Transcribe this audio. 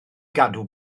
gadw